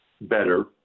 better